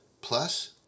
plus